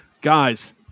guys